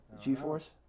G-force